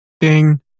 Ding